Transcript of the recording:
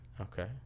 Okay